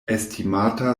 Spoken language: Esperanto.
estimata